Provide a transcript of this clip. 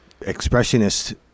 expressionist